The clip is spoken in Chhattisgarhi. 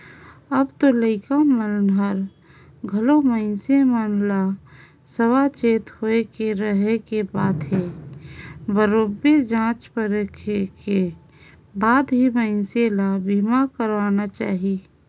अब तो लइका मन हर घलो मइनसे मन ल सावाचेती होय के रहें के बात हे बरोबर जॉचे परखे के बाद ही मइनसे ल बीमा करवाना चाहिये